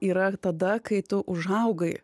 yra tada kai tu užaugai